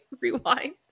rewind